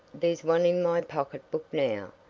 there's one in my pocket-book now,